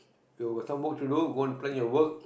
you got some work to do go and plan your work